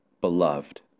beloved